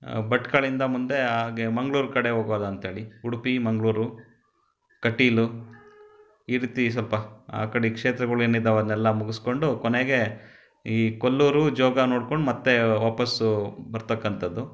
ಭಟ್ಕಳ್ದಿಂದ ಮುಂದೆ ಹಾಗೇ ಮಂಗ್ಳೂರು ಕಡೆ ಹೋಗೋದಾ ಅಂತೇಳಿ ಉಡುಪಿ ಮಂಗಳೂರು ಕಟೀಲು ಈ ರೀತಿ ಸ್ವಲ್ಪ ಆ ಕಡೆಗ್ ಕ್ಷೇತ್ರಗಳು ಏನಿದಾವೆ ಅವನ್ನೆಲ್ಲ ಮುಗಿಸ್ಕೊಂಡು ಕೊನೆಗೆ ಈ ಕೊಲ್ಲೂರು ಜೋಗ ನೋಡ್ಕೊಂಡು ಮತ್ತೆ ವಾಪಸ್ ಬರತಕ್ಕಂಥದ್ದು